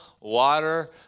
water